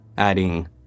adding